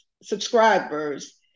Subscribers